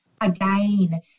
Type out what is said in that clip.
again